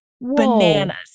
bananas